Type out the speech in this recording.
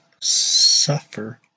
suffer